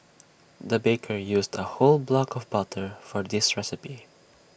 the baker used A whole block of butter for this recipe